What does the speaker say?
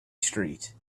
street